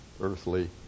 earthly